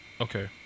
okay